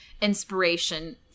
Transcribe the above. inspiration